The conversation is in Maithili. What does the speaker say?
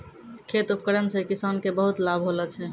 खेत उपकरण से किसान के बहुत लाभ होलो छै